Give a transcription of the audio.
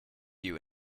you